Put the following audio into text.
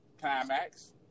Climax